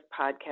podcast